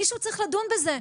מישהו צריך לדון בזה,